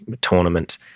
tournament